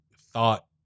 thought